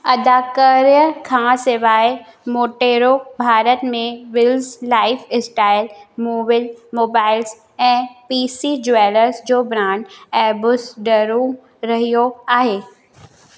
अदाकारीअ खां सवाइ मोटेरो भारत में विल्स लाइफस्टाइल मोविल मोबाइल्स ऐं पी सी ज्वैलर्स जो ब्रांड एबोस्डरो रहियो आहे